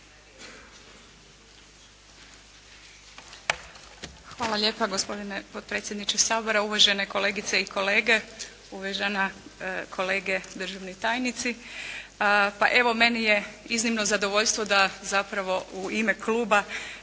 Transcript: Hvala lijepa. Gospodine potpredsjedniče Sabora, uvažene kolegice i kolege, uvaženi kolege državni tajnici. Pa evo meni je iznimno zadovoljstvo da zapravo u ime kluba